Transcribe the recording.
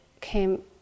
came